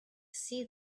see